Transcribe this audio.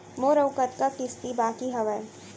मोर अऊ कतका किसती बाकी हवय?